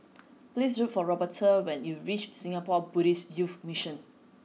please look for Roberta when you reach Singapore Buddhist Youth Mission